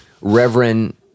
Reverend